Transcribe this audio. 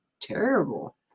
terrible